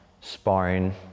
sparring